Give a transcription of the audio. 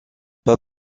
pas